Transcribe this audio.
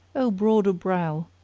o broad o' brow,